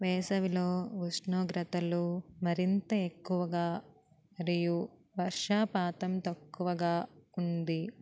వేసవిలో ఉష్ణోగ్రతలు మరింత ఎక్కువగా మరియు వర్షా పాతం తక్కువగా ఉంది